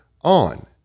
on